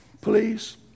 Please